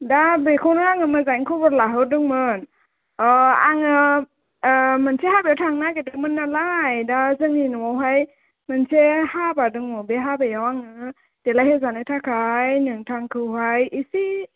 दा बेखौनो आङो मोजाङै खबर लाहरदोंमोन अ आङो मोनसे हाबायाव थांनो नागिरदोंमोन नालाय दा जोंनि न'आवहाय मोनसे हाबा दङ बे हाबायाव आङो देलायहोजानो थाखाय नोंथांखौहाय एसे